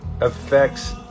affects